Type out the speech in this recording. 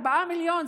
4 מיליון,